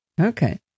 Okay